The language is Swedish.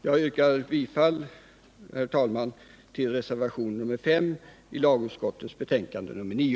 Jag yrkar bifall, herr talman, till reservationen 5 vid lagutskottets betänkande nr 9.